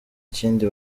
kindi